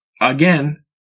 again